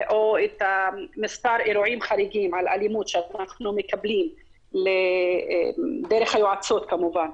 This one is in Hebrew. או מספר אירועים חריגים על אלימות שאנחנו מקבלים דרך היועצות כמובן,